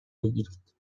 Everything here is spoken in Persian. بگیرید